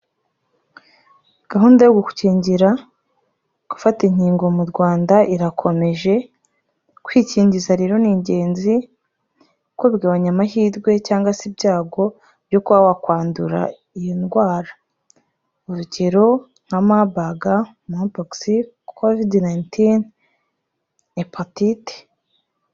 Gahunda yo gukingira, gufata inkingo mu Rwanda irakomeje. Kwikingiza rero ni ingenzi kuko bigabanya amahirwe cyangwa se ibyago byo kuba wa kwandura iyo ndwara. Urugero nka Mabaga, Manki pokisi , Covid 19, Hepatite.